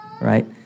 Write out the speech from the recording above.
right